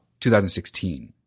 2016